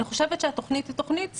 אני חושבת שהתכנית היא תכנית סבירה.